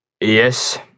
Yes